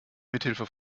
mithilfe